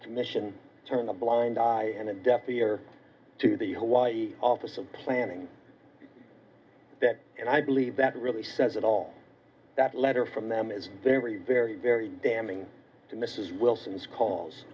the mission turn a blind eye and a deaf ear to the hawaii office of planning and i believe that really says it all that letter from them is very very very damning to mrs wilson's calls